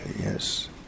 yes